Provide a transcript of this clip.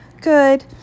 Good